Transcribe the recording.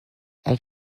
elle